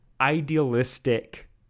idealistic